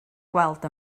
gweld